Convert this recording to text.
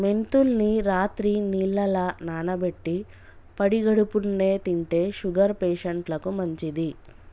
మెంతుల్ని రాత్రి నీళ్లల్ల నానబెట్టి పడిగడుపున్నె తింటే షుగర్ పేషంట్లకు మంచిది